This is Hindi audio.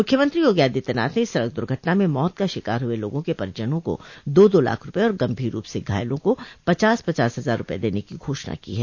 मुख्यमंत्री योगी आदित्यनाथ ने इस सड़क दुर्घटना में मौत का शिकार हुए लोगों के परिजनों को दो दो लाख रूपये और गंभीर रूप से घायलों का पचास पचास हजार रूपये देने की घोषणा की है